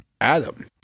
Adam